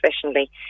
professionally